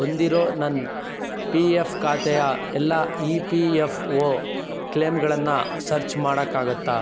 ಹೊಂದಿರೋ ನನ್ನ P F ಖಾತೆಯ ಎಲ್ಲ ಇ ಪಿ ಎಫ್ ಒ ಕ್ಲೇಮ್ಗಳನ್ನ ಸರ್ಚ್ ಮಾಡೋಕ್ಕಾಗುತ್ತಾ